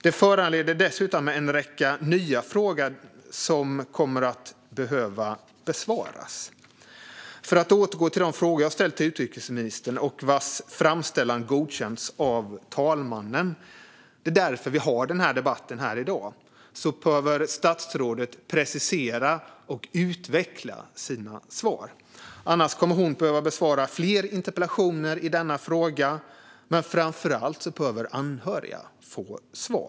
Det föranledde dessutom en räcka nya frågor som kommer att behöva besvaras. Jag återgår till de frågor jag har ställt till utrikesministern. Framställan av dessa har godkänts av talmannen; det är därför vi har den här debatten i dag. Statsrådet behöver precisera och utveckla sina svar, annars kommer hon att behöva besvara fler interpellationer i denna fråga. Framför allt behöver anhöriga få svar.